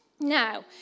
Now